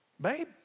babe